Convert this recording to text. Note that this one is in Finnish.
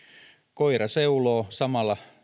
koira seuloo samalla